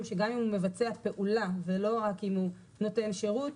שגם אם הוא מבצע פעולה ולא רק נותן שירות,